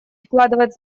вкладывает